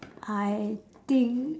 I think